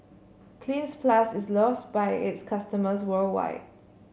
Cleanz Plus is loves by its customers worldwide